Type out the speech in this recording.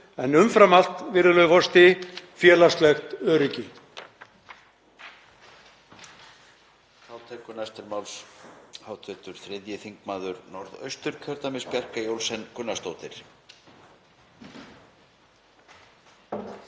en umfram allt, virðulegur forseti, félagslegt öryggi.